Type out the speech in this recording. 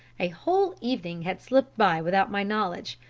a whole evening had slipped by without my knowledge.